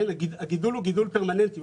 הגידול הוא גידול פרמננטי.